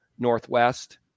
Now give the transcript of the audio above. Northwest